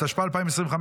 התשפ"ה 2025,